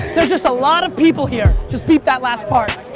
there's just a lot of people here. just beep that last part.